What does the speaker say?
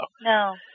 No